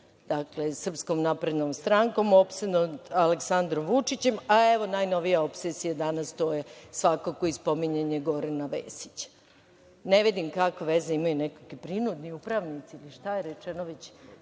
Srpskom naprednom strankom, opsednut Aleksandrom Vučićem, a evo, najnovija opsesija danas, a to je svakako i spominjanje Gorana Vesića. Ne vidim kakve veze imaju nekakvi prinudni upravnici, profesionalni